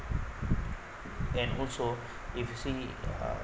and also if you see uh